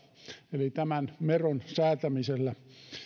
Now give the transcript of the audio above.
eli tämän veron säätämisellä